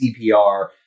CPR